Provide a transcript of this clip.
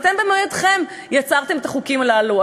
ואתם במו-ידיכם יצרתם את החוקים הללו,